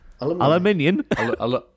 Aluminium